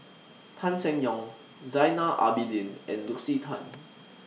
Tan Seng Yong Zainal Abidin and Lucy Tan